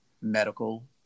medical